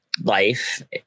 life